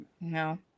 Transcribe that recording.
No